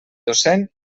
docent